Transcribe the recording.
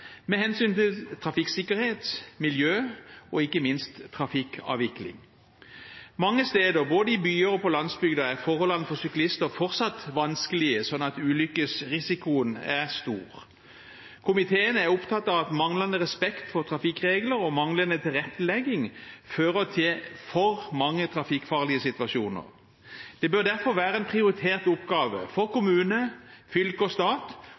med hensyn til trafikksikkerhet, miljø og ikke minst trafikkavvikling. Mange steder både i byer og på landsbygda er forholdene for syklister fortsatt vanskelige, så ulykkesrisikoen er stor. Komiteen er opptatt av at manglende respekt for trafikkregler og manglende tilrettelegging fører til for mange trafikkfarlige situasjoner. Det bør derfor være en prioritert oppgave for kommune, fylke og stat